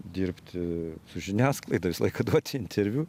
dirbti su žiniasklaida visą laiką duoti interviu